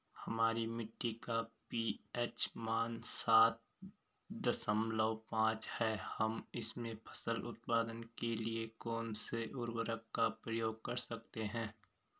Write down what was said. हमारी मिट्टी का पी.एच मान सात दशमलव पांच है हम इसमें फसल उत्पादन के लिए कौन से उर्वरक का प्रयोग कर सकते हैं?